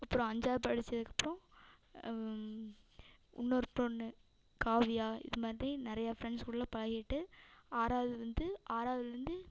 அப்றம் அஞ்சாவது படிச்சதுக்கப்றோம் இன்னொரு பொண்ணு காவியா இது மாதிரி நிறையா ஃப்ரெண்ட்ஸ் கூடலாம் பழகிட்டு ஆறாவது வந்து ஆறாவுதுலேருந்து